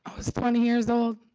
twenty years opiate